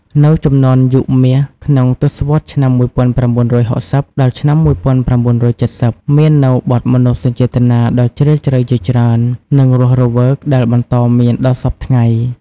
នៅជំនាន់យុគមាស ក្នុងទសវត្សរ៍ ឆ្នាំ១៩៦០ ដល់ឆ្នាំ ១៩៧០ មាននៅបទមនោសញ្ចេតនាដ៏ជ្រាលជ្រៅជាច្រើន និងរសរវើកដែលបន្តមានដល់សព្វថ្ងៃ។